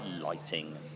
lighting